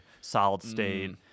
solid-state